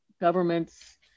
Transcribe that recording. governments